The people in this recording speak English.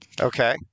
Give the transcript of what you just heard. Okay